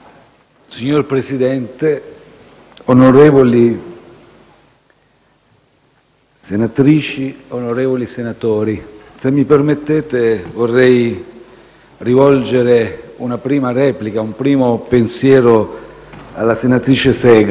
Signor Presidente, onorevoli senatrici, onorevoli senatori, se mi permettete vorrei rivolgere una prima replica e un primo pensiero alla senatrice Segre.